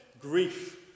grief